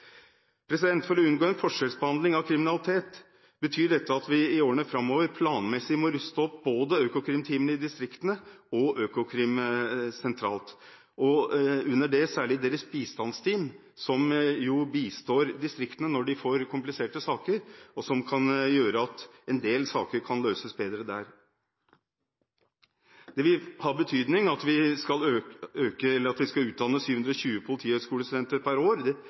For å unngå en forskjellsbehandling av kriminalitet betyr dette at vi i årene framover planmessig må ruste opp både økokrimteamene i distriktene og Økokrim sentralt, herunder særlig bistandsteamene deres som bistår distriktene når de får kompliserte saker, og som kan gjøre at en del saker kan løses bedre der. Det vil ha betydning at vi skal utdanne 720 politihøgskolestudenter per år, og at